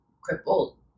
crippled